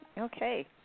Okay